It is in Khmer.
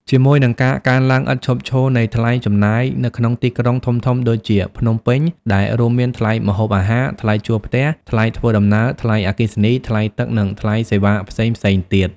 ជាមួយនឹងការកើនឡើងឥតឈប់ឈរនៃថ្លៃចំណាយនៅក្នុងទីក្រុងធំៗដូចជា ភ្នំពេញ ដែលរួមមានថ្លៃម្ហូបអាហារ ថ្លៃជួលផ្ទះ ថ្លៃធ្វើដំណើរ ថ្លៃអគ្គិសនី ថ្លៃទឹក និងថ្លៃសេវាផ្សេងៗទៀត។